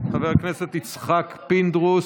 חבר הכנסת יצחק פינדרוס,